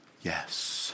Yes